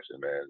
man